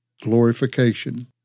glorification